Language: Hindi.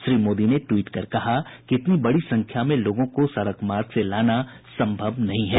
श्री मोदी ने ट्वीट कर कहा कि इतनी बड़ी संख्या में लोगों को सड़क मार्ग से लाना संभव नहीं है